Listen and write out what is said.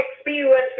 experience